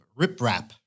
riprap